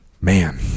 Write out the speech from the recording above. Man